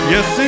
Yes